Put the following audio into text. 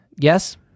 Yes